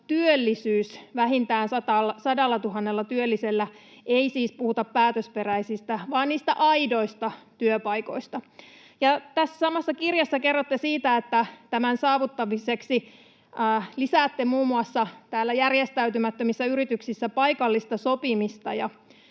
työllisyys vähintään sadallatuhannella työllisellä, ei siis puhuta päätösperäisistä vaan niistä aidoista työpaikoista. Tässä samassa kirjassa kerrotte siitä, että tämän saavuttamiseksi lisäätte muun muassa järjestäytymättömissä yrityksissä paikallista sopimista.